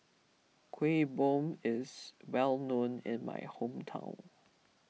Kuih Bom is well known in my hometown